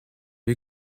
you